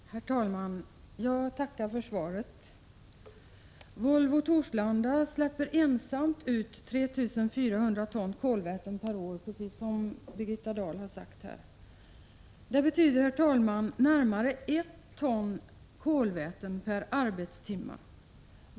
Prot. 1986/87:75 Herr talman! Jag tackar för svaret. 19 februari 1987 Volvo-Torslandaverken släpper ensamt ut 3 400 ton kolväten per år, lä precis som Birgitta Dahl sade. Det betyder, herr talman, närmare 1 ton ER ss le ; ä z Är JE E . Volvos biltillverkning i kolväten per arbetstimme.